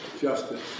justice